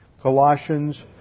Colossians